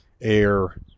air